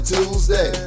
Tuesday